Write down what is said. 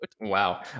Wow